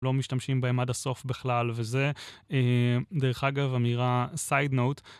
לא משתמשים בהם עד הסוף בכלל וזה, דרך אגב אמירה סייד נאוט